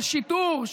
של שיטור,